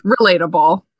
Relatable